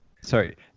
Sorry